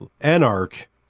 Anarch